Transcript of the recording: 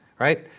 right